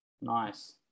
Nice